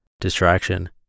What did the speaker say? Distraction